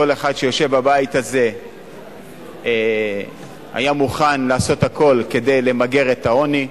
כל אחד שיושב בבית הזה היה מוכן לעשות הכול כדי למגר את העוני.